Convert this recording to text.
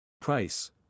Price